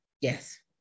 Yes